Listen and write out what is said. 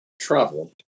travel